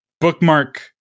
bookmark